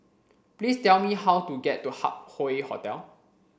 please tell me how to get to Hup Hoe Hotel